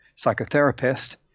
psychotherapist